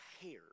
hair